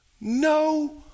no